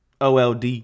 OLD